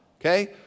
okay